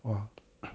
!wah!